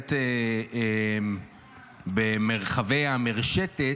האמת במרחבי המרשתת,